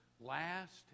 last